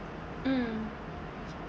mm